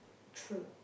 true